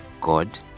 god